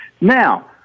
Now